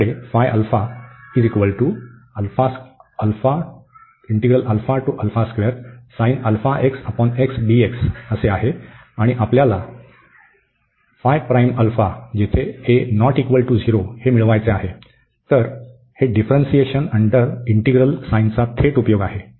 तर आपल्याकडे हे आहे आणि आपल्याला जेथे α ≠ 0 हे मिळवायचे आहे तर हे डिफ्रन्सीएशन अंडर इंटीग्रल साइनचा थेट उपयोग आहे